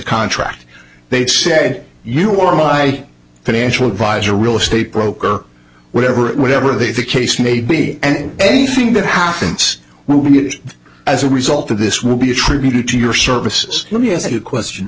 contract they say you are my financial advisor real estate broker whatever whatever they the case may be and anything that happens will be as a result of this will be attributed to your services let me as a question